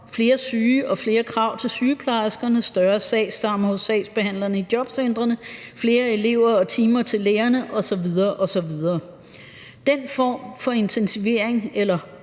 flere syge og flere krav til sygeplejerskerne; større sagsstammer hos sagsbehandlerne i jobcentrene; flere elever og timer til lærerne osv. osv. Den form for intensivering eller